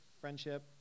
friendship